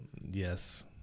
Yes